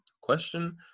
Question